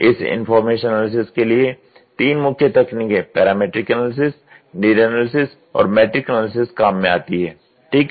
इस information analysis के लिए तीन मुख्य तकनीकें पैरामीट्रिक एनालिसिस नीड एनालिसिस और मैट्रिक्स एनालिसिस काम में आती हैं ठीक है